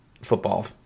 football